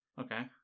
Okay